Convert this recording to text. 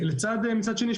מצד שני,